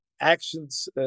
actions